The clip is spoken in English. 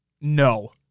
no